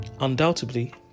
Undoubtedly